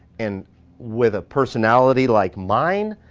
and with a personality like mine,